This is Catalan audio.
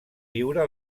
viure